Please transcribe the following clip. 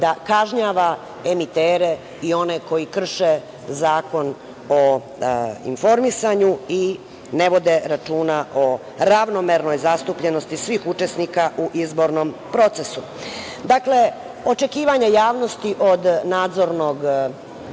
da kažnjava emitere i one koji krše Zakon o informisanju i ne vode računa o ravnomernoj zastupljenosti svih učesnika u izbornom procesu. Dakle, očekivanja javnosti od Nadzornog odbora